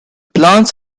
plants